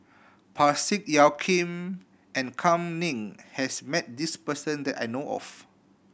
Parsick Joaquim and Kam Ning has met this person that I know of